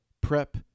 prep